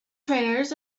trainers